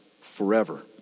forever